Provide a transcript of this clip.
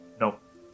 Nope